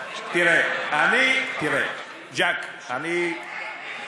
תראה, אני, תראה, ז'קי, אני,